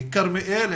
"כרמיאל,